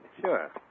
Sure